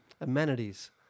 amenities